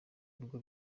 bigo